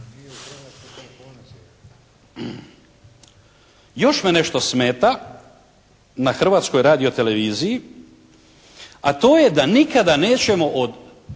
Još me nešto smeta na Hrvatskoj radioteleviziji, a to je da nikada nećemo od